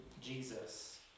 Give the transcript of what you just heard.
Jesus